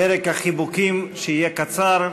פרק החיבוקים, שיהיה קצר.